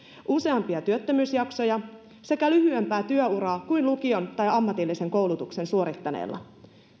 useampia työttömyysjaksoja sekä lyhyempää työuraa kuin lukion tai ammatillisen koulutuksen suorittaneilla